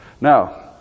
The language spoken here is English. Now